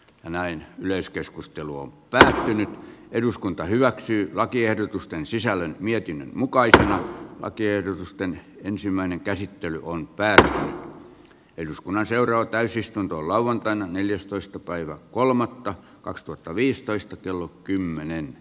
ja näin yleiskeskustelu on tosi eduskunta hyväksyy lakiehdotusten sisällön mietin mukaisia lakiehdotusten ensimmäinen käsittely on päällään eduskunnan seuraava täysistunto lauantaina neljästoista päivä kolmatta kaksituhattaviisitoista kello kymmenen